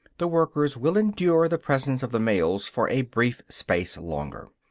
the workers will endure the presence of the males for a brief space longer.